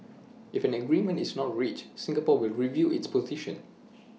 if an agreement is not reached Singapore will review its position